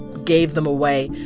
gave them away.